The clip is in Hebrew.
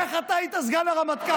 איך אתה היית סגן הרמטכ"ל?